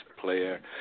player